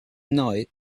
night